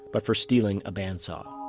but for stealing a bandsaw